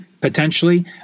potentially